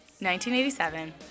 1987